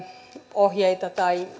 ohjeita